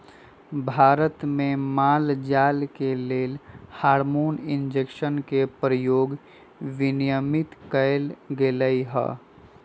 भारत में माल जाल के लेल हार्मोन इंजेक्शन के प्रयोग विनियमित कएल गेलई ह